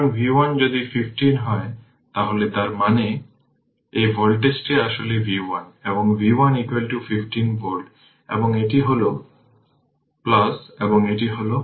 এখন আরেকটি বিষয় হল এই কারেন্টের দিকে তাকান এই 4 Ω রেজিস্ট্যান্সের মধ্য দিয়ে যে কারেন্ট প্রবাহিত হয় তা i হিসাবে নেওয়া হয়